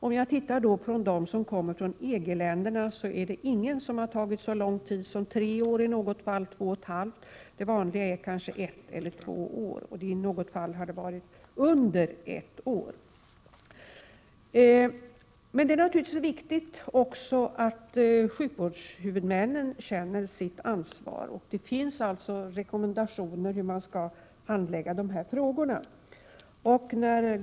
Om jag tittar på dem som kommit från EG-länderna, finner jag att det inte i något fall har tagit så lång tid som tre år, att det i något fall har tagit två och ett halvt år och att det vanliga är att det tar ett eller två år — i något fall under ett år. Det är naturligtvis också viktigt att sjukvårdshuvudmännen känner sitt ansvar. Det finns rekommendationer hur man skall handlägga dessa frågor.